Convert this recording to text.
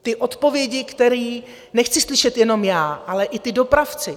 Ty odpovědi, které nechci slyšet jenom já, ale i ti dopravci.